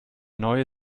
neue